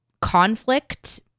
conflict